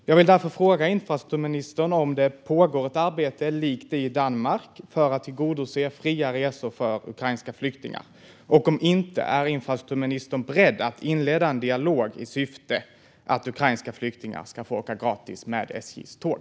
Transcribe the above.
Jag vill därför fråga infrastrukturministern om det pågår ett arbete likt det i Danmark för att tillgodose fria resor för ukrainska flyktingar. Om det inte gör det undrar jag om infrastrukturministern är beredd att inleda en dialog i syfte att ukrainska flyktingar ska få åka gratis med SJ:s tåg.